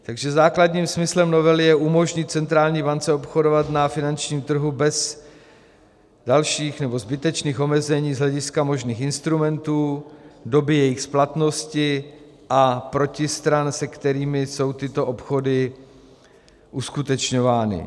Takže základním smyslem novely je umožnit centrální bance obchodovat na finančním trhu bez zbytečných omezení z hlediska možných instrumentů, doby jejich splatnosti a protistran, se kterými jsou tyto obchody uskutečňovány.